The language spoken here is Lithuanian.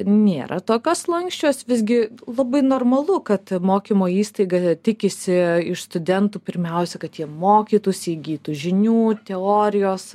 nėra tokios lanksčios visgi labai normalu kad mokymo įstaiga tikisi iš studentų pirmiausia kad jie mokytųsi įgytų žinių teorijos